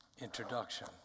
introduction